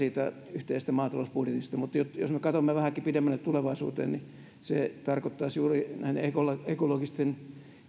yhteisestä maatalousbudjetista mutta jos me katsomme vähänkin pidemmälle tulevaisuuteen niin se tarkoittaisi juuri näiden ekologisten